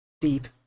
deep